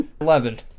Eleven